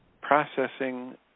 processing